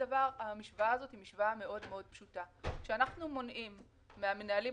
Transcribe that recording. אני מוכן להתחייב פה שאנחנו נעשה את כל המאמצים